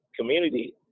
community